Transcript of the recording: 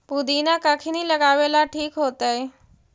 पुदिना कखिनी लगावेला ठिक होतइ?